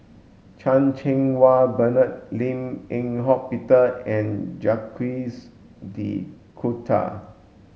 Chan Cheng Wah Bernard Lim Eng Hock Peter and Jacques de Coutre